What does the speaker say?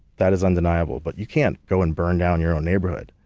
that is undeniable, but you can't go and burn down your own neighborhood.